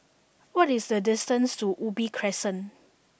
what is the distance to Ubi Crescent